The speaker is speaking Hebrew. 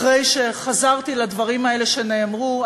אחרי שחזרתי לדברים האלה שנאמרו,